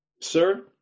sir